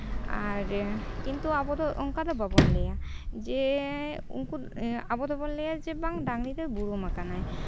ᱟᱨ ᱠᱤᱱᱛᱩ ᱟᱵᱚ ᱫᱚ ᱚᱱᱠᱟ ᱫᱚ ᱵᱟᱵᱚᱱ ᱞᱟᱹᱭᱟ ᱡᱮ ᱩᱱᱠᱩ ᱟᱵᱚ ᱫᱚᱵᱚᱱ ᱞᱟᱹᱭᱟ ᱡᱮ ᱵᱟᱝ ᱰᱟᱝᱨᱤ ᱫᱚᱭ ᱵᱩᱨᱩᱢ ᱠᱟᱱᱟᱭ